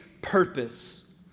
purpose